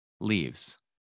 leaves